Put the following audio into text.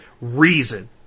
reason